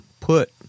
PUT